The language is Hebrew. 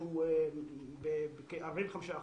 כ-45%,